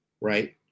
right